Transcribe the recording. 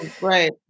Right